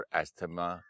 asthma